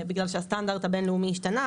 בגלל שהסטנדרט הבינ"ל השתנה,